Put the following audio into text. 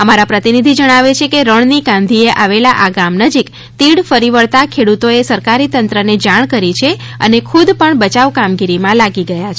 અમારા પ્રતિનિધિ જણાવે છે કે રણની કાંધિએ આવેલા આ ગામ નજીક તીડ ફરી વળતાં ખેડૂતોએ સરકારી તંત્રને જાણ કરી છે અને ખુદ પણ બચાવ કામગીરીમાં લાગી ગયા છે